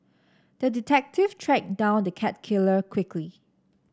the detective tracked down the cat killer quickly